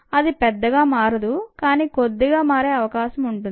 అది పెద్దగా మారదు కానీ కొద్దిగా మారే అవకాశం ఉంది